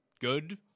good